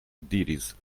diris